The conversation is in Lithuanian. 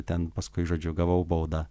ten paskui žodžiu gavau baudą